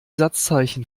satzzeichen